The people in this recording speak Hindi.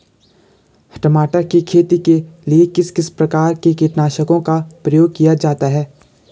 टमाटर की खेती के लिए किस किस प्रकार के कीटनाशकों का प्रयोग किया जाता है?